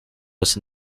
was